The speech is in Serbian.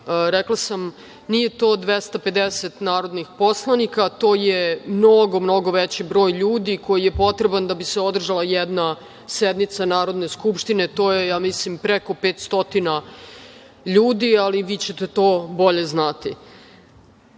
Rekla sam nije to 250 narodnih poslanika, to je mnogo veći broj ljudi koji je potreban da bi se održala jedna sednica Narodne skupštine, to je ja mislim preko 500 ljudi, ali vi ćete to bolje znati. Dakle